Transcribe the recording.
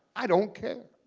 i don't care.